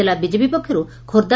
ଜିଲ୍ଲା ବିଜେପି ପକ୍ଷରୁ ଖୋର୍ବ୍